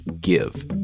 give